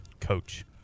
coach